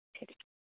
ശരി